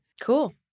cool